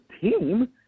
team